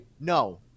No